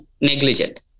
negligent